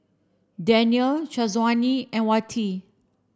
Daniel Syazwani and Wati